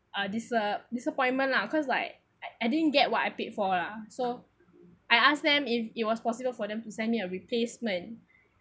uh dis~ uh disappointment lah cause like I I didn't get what I paid for lah so I ask them if it was possible for them to send me a replacement